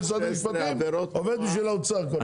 משרד המשפטים עובד בשביל האוצר.